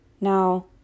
Now